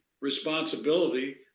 responsibility